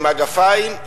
עם מגפיים,